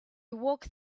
walk